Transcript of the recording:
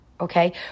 Okay